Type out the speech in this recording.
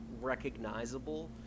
recognizable